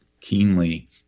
keenly